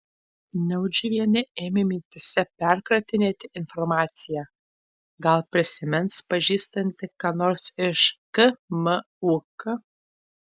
naudžiuvienė ėmė mintyse perkratinėti informaciją gal prisimins pažįstanti ką nors iš kmuk